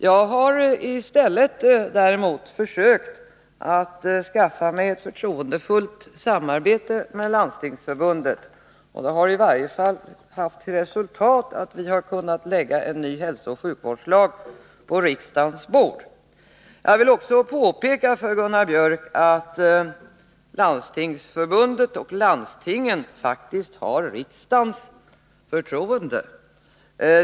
Jag har i stället försökt skaffa mig ett förtroendefullt samarbete med Landstingsförbundet, och det har i varje fall haft till resultat att vi har kunnat lägga förslag till ny hälsooch sjukvårdslag på riksdagens bord. Jag vill också påpeka för Gunnar Biörck att Landstingsförbundet och landstingen faktiskt har riksdagens förtroende.